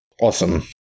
Awesome